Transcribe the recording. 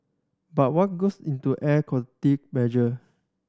but what goes into air quality measure